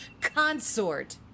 Consort